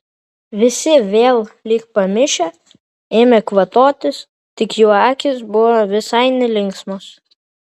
visi vėl lyg pamišę ėmė kvatotis tik jų akys buvo visai nelinksmos